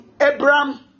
Abraham